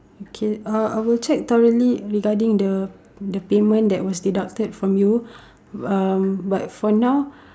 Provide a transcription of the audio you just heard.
okay uh I will check thoroughly regarding the the payment that was deducted from you uh but for now